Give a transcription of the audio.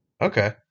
Okay